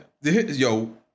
Yo